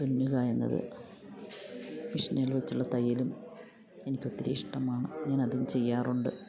തുന്നുകയെന്നത് മിഷിനുകൾ വെച്ചുള്ള തയ്യലും എനിക്കൊത്തിരി ഇഷ്ടമാണ് ഞാനതും ചെയ്യാറുണ്ട്